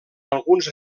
alguns